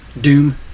doom